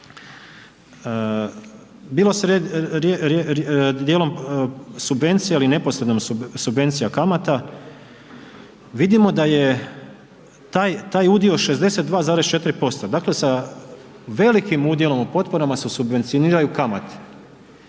bila dijelom subvencija ili neposredno subvencija kamata vidimo da je taj udio 62,4% dakle, sa velikim udjelom u potporama se subvencioniraju kamati